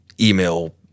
email